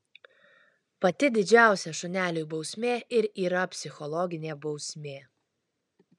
pati didžiausia šuneliui bausmė ir yra psichologinė bausmė